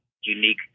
unique